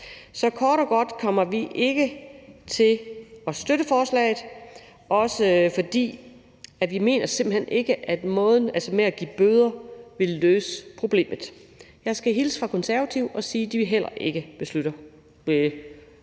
Så kort og godt kommer vi ikke til at støtte forslaget, også fordi vi simpelt hen ikke mener, at måden med at give bøder vil løse problemet. Jeg skal hilse fra Konservative og sige, at de heller ikke bakker op om det